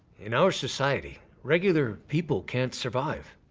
in our society, regular people can't survive.